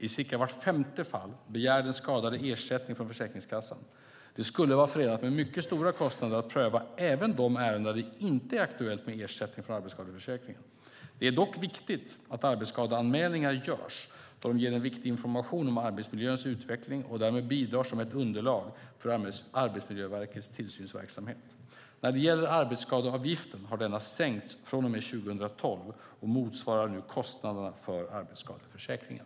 I cirka vart femte fall begär den skadade ersättning från Försäkringskassan. Det skulle vara förenat med mycket stora kostnader att pröva även de ärenden där det inte är aktuellt med ersättning från arbetsskadeförsäkringen. Det är dock viktigt att arbetsskadeanmälningar görs, då de ger en viktig information om arbetsmiljöns utveckling och därmed bidrar som ett underlag för Arbetsmiljöverkets tillsynsverksamhet. När det gäller arbetsskadeavgiften har denna sänkts från och med 2012 och motsvarar nu kostnaderna för arbetsskadeförsäkringen.